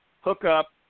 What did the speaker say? hookup